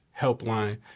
Helpline